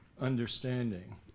understanding